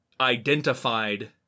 identified